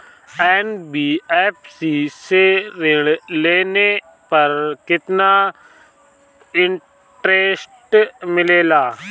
NBFC से ऋण लेने पर केतना इंटरेस्ट मिलेला?